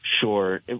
Sure